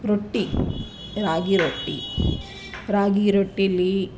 ರೊಟ್ಟಿ ರಾಗಿ ರೊಟ್ಟಿ ರಾಗಿ ರೊಟ್ಟಿಲಿ